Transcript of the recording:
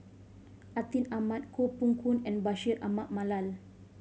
Atin Amat Koh Poh Koon and Bashir Ahmad Mallal